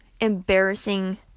embarrassing